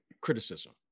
criticism